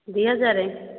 ଦୁଇ ହଜାର